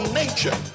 nature